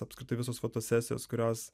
apskritai visos fotosesijos kurios